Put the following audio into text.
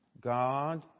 God